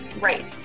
Right